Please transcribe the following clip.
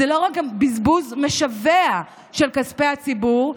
זה לא רק גם בזבוז משווע של כספי הציבור,